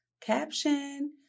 caption